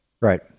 Right